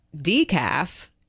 Decaf